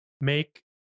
make